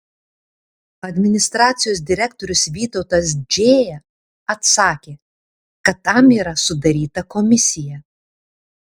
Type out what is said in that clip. administracijos direktorius vytautas džėja atsakė kad tam yra sudaryta komisija